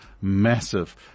massive